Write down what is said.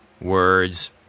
words